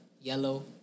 yellow